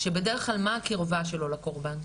שבדרך כלל מה הקרבה שלו לקורבן?